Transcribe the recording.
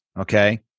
okay